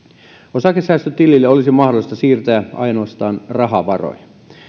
osakesäästötilille olisi mahdollista siirtää ainoastaan rahavaroja